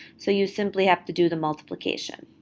so you simply have to do the multiplication.